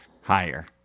Higher